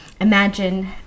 imagine